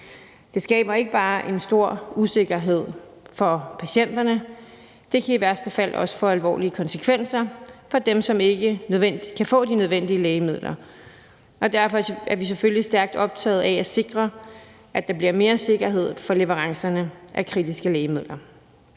Det skaber ikke bare en stor usikkerhed for patienterne. Det kan i værste fald også få alvorlige konsekvenser for dem, som ikke kan få de nødvendige lægemidler, og derfor er vi selvfølgelig stærkt optagede af at sikre, at der bliver mere sikkerhed for leverancerne af kritiske lægemidler.